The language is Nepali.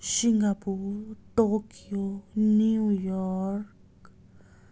Singapore Tokyo New York